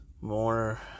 more